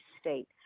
state